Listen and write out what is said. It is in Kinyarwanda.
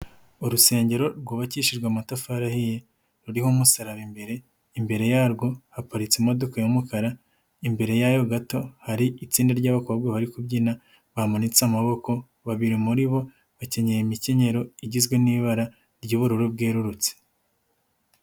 Urusengero rwubakishijwe amatafari ahiye ruriho umusaraba imbere, imbere yarwo haparitse imodoka y'umukara, imbere yayo gato hari itsinda ry'abakobwa bari kubyina bamanitse amaboko babiri muri bo bakenyeye imikenyerero igizwe n'ibara ry'ubururu bwerurutse.